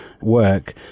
work